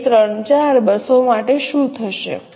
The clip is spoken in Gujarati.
2 3 4 બસો માટે શું થશે